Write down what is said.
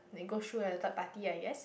it goes through a third party I guess